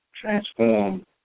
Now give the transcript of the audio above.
transform